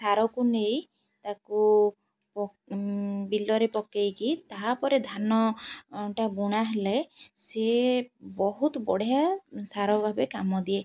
ସାରକୁ ନେଇ ତାକୁ ବିଲରେ ପକାଇକି ତାହାପରେ ଧାନଟା ବୁଣା ହେଲେ ସିଏ ବହୁତ ବଢ଼ିଆ ସାର ଭାବେ କାମ ଦିଏ